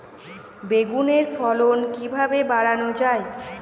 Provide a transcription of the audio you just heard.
বেগুনের ফলন কিভাবে বাড়ানো যায়?